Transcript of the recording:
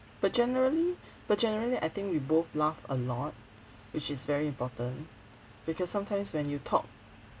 but generally but generally I think we both laugh a lot which is very important because sometimes when you talk